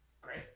great